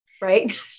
right